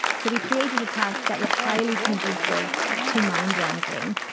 so we created a task that was highly conducive to mind wandering.